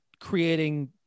creating